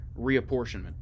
reapportionment